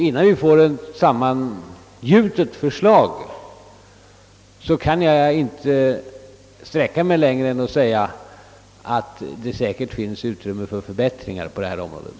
Innan vi fått ett sammangjutet förslag från kommittén, kan jag inte sträcka mig längre än till att säga, att det säkert finns utrymme för förbättringar på området.